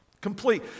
Complete